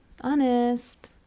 honest